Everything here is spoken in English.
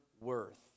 worth